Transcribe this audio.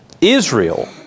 Israel